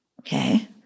Okay